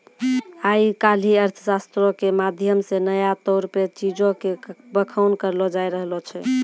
आइ काल्हि अर्थशास्त्रो के माध्यम से नया तौर पे चीजो के बखान करलो जाय रहलो छै